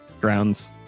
grounds